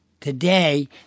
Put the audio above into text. Today